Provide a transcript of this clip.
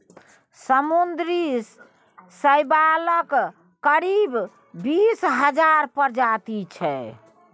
समुद्री शैवालक करीब बीस हजार प्रजाति छै